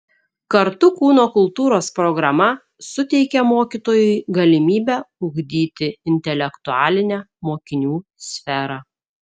kartu kūno kultūros programa suteikia mokytojui galimybę ugdyti intelektualinę mokinių sferą